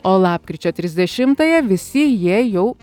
o lapkričio trisdešimtąją visi jie jau